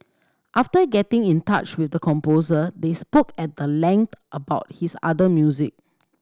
after getting in touch with the composer they spoke at the length about his other music